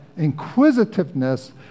inquisitiveness